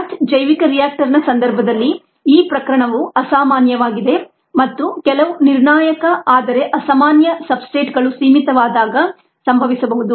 batch ಜೈವಿಕ ರಿಯಾಕ್ಟರ್ನ ಸಂದರ್ಭದಲ್ಲಿ ಈ ಪ್ರಕರಣವು ಅಸಾಮಾನ್ಯವಾಗಿದೆ ಮತ್ತು ಕೆಲವು ನಿರ್ಣಾಯಕ ಆದರೆ ಅಸಾಮಾನ್ಯ ಸಬ್ಸ್ಟ್ರೇಟ್ಗಳು ಸೀಮಿತವಾದಾಗ ಸಂಭವಿಸಬಹುದು